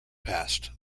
passed